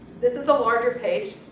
this is a larger page,